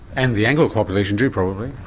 and the anglo population too probably?